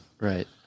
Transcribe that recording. Right